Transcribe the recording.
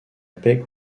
paix